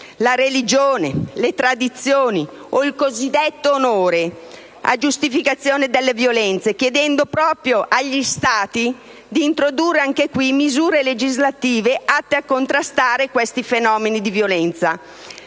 religione, sulle tradizioni o sul cosiddetto onore a giustificazione delle violenze, chiedendo agli Stati di introdurre, anche qui, misure legislative atte a contrastare i fenomeni di violenza.